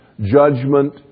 Judgment